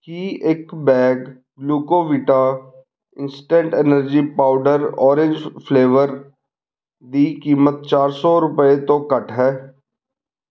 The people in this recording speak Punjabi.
ਕੀ ਇੱਕ bag Glucovita instant energy powder orange flavour ਦੀ ਕੀਮਤ ਚਾਰ ਸੌ ਰੁਪਏ ਤੋਂ ਘੱਟ ਹੈ